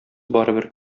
барыбер